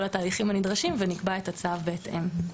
התהליכים הנדרשים ונקבע את הצו בהתאם.